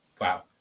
Wow